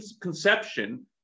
conception